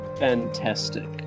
fantastic